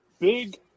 big